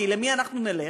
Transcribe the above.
כי למי אנחנו נלך?